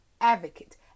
advocate